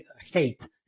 hate